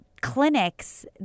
clinics